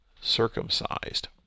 circumcised